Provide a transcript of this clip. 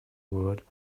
word